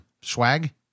swag